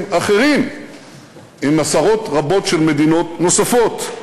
אחרים עם עשרות רבות של מדינות נוספות.